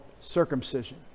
circumcision